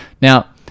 Now